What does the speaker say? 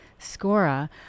Scora